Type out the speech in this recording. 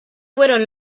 fueron